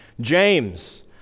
James